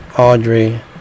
Audrey